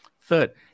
Third